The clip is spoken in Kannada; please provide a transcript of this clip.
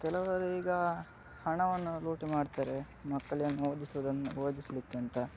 ಕೆಲವರು ಈಗ ಹಣವನ್ನು ಲೂಟಿ ಮಾಡ್ತಾರೆ ಮಕ್ಕಳನ್ನು ಓದಿಸೋದು ಓದಿಸಲಿಕ್ಕಂತ